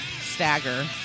stagger